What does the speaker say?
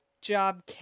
job